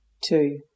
two